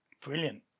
Brilliant